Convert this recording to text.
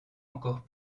encore